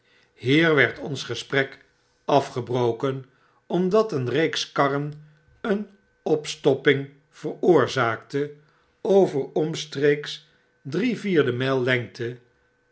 hier werd ons gesprek afgebroken omdat een reeks karren een opstopping veroorzaakte over omstreeks drie vierdemgllengte